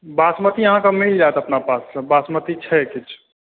वासमती अहाँकेॅं भेटि जायत अपना पास वासमती छै किछु